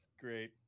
great